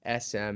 SM